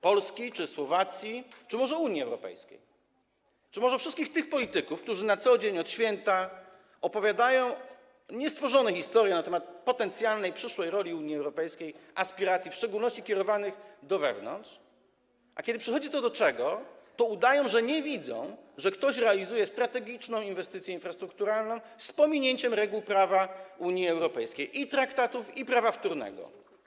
Polski czy Słowacji, czy może Unii Europejskiej, czy może wszystkich tych polityków, którzy na co dzień i od święta opowiadają niestworzone historie na temat potencjalnej przyszłej roli Unii Europejskiej, aspiracji, w szczególności kierowanych do wewnątrz, a kiedy przychodzi co do czego, to udają, że nie widzą, że ktoś realizuje strategiczną inwestycję infrastrukturalną z pominięciem reguł prawa Unii Europejskiej: i traktatów, i prawa wtórnego.